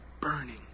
burning